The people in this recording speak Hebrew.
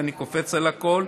ואני קופץ על הכול,